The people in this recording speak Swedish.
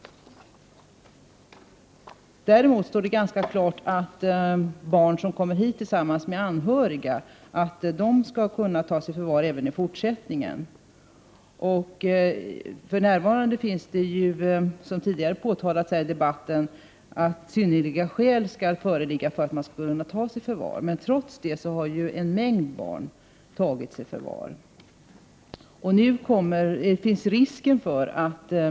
Däremot står det ganska klart att barn som kommer hit tillsammans med anhöriga skall kunnas tas i förvar även i fortsättningen. För närvarande skall, som tidigare har framhållits här i debatten, synnerliga skäl föreligga för att barn skall kunnas tas i förvar. Men trots det har ju en mängd barn tagits i förvar.